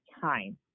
time